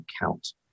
count